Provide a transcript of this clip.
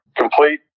complete